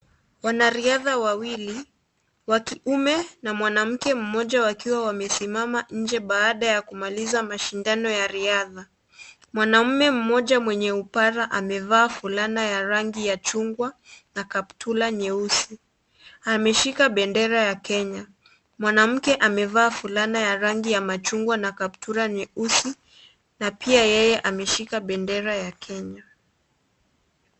Wanariadha wawili, wa kiume na mwanamke mmoja wakiwa wamesimama nje baada ya kumaliza mashindano ya riadha. Mwanamume mmoja mwenye upara amevaa fulana ya rangi ya chungwa na kaptura nyeusi. Ameshika bendera ya Kenya. Mwanamke amevaa fulana ya rangi ya machungwa na kaptura nyeusi na pia yeye ameshika bendera ya Kenya.